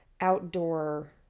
outdoor